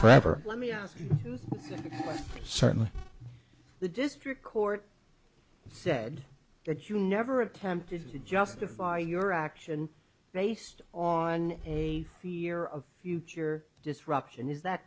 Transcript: know certainly the district court said that you never attempted to justify your action based on a fear of future disruption is that